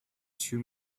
two